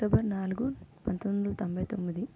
October నాలుగు పంతొమ్మిదివందల తొంభైతొమ్మిది